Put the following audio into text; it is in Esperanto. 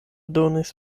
donis